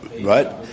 right